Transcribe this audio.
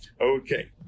okay